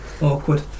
awkward